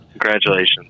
Congratulations